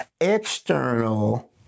external